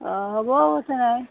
অঁ হ'ব কথা নাই